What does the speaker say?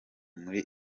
muri